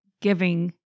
giving